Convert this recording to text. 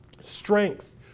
strength